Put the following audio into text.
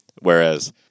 Whereas